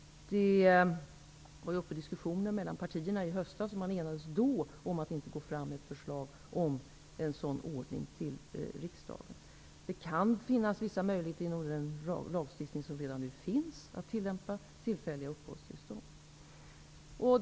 I höstas förekom diskussioner mellan partierna, och man enades då om att inte föreslå riksdagen en sådan ordning. Inom den lagstiftning som redan finns kan det finnas möjligheter att tillämpa en ordning med tillfälliga uppehållstillstånd.